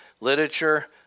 literature